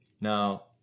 Now